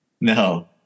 No